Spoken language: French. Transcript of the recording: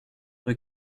rue